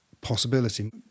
possibility